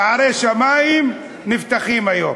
שערי שמים נפתחים היום.